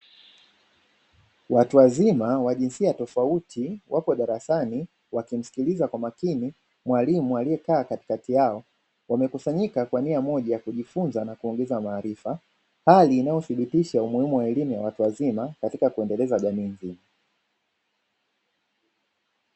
Watu wazima wa jinsia tofauti wapo darasani wakimsikiliza kwa makini mwalimu aliyekaa katikati yao, wamekusanyika kwa nia moja kujifunza na kuongeza maarifa hali inayothibitisha umuhimu wa elimu ya watu wazima katika kuendeleza jamii nzima.